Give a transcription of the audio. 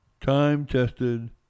time-tested